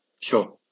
Sure